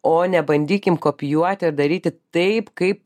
o nebandykim kopijuoti ir daryti taip kaip